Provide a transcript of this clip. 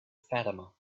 fatima